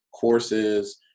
courses